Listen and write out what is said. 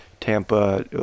Tampa